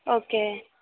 okay